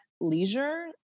leisure